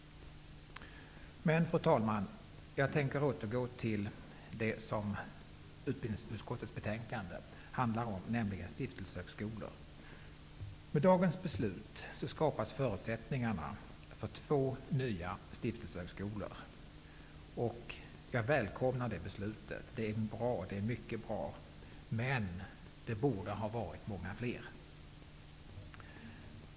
Fru talman! Jag tänker återgå till det som utbildningsutskottets betänkande handlar om, nämligen stiftelsehögskolor. Med dagens beslut skapas förutsättningarna för två nya stiftelsehögskolor. Jag välkomnar detta beslut. Det är mycket bra. Men det borde ha varit många fler.